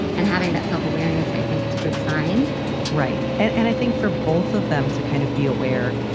and having that self awareness, i think it's a good sign right. and and i think for both of them to kind of be aware,